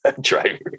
Driving